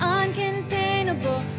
uncontainable